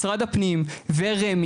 משרד הפנים ורמ"י,